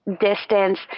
distance